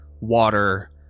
water